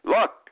Look